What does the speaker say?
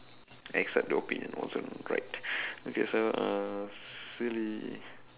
except the opinion wasn't right okay so uh silly